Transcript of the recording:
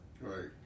Right